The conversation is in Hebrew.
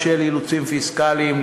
בשל אילוצים פיסקליים,